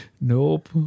nope